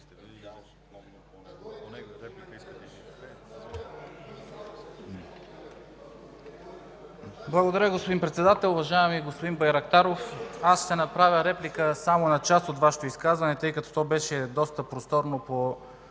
Благодаря, господин Председател. Уважаеми господин Байрактаров, ще направя реплика само на част от Вашето изказване, тъй като то беше доста просторно по